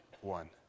one